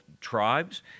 tribes